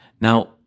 Now